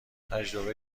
تجربه